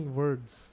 words